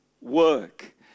work